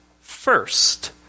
first